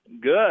Good